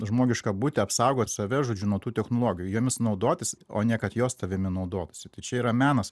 žmogišką būtį apsaugot save žodžiu nuo tų technologijų jomis naudotis o ne kad jos tavimi naudotųsi tai čia yra menas